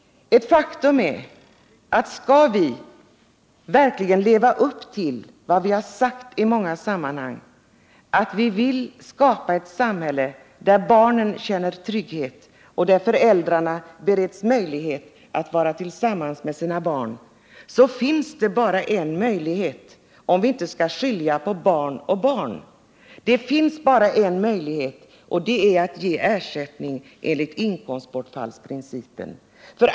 Ett faktum är att skall vi verkligen leva upp till vad vi har sagt i många sammanhang — att vi vill skapa ett samhälle där barnen känner trygghet och där föräldrarna bereds möjlighet att vara tillsammans med sina barn — finns det bara en möjlighet, om vi inte skall skilja på barn och barn. Det finns bara den möjligheten, att ge ersättning enligt inkomstbortfallsprincipen.